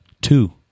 two